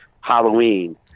Halloween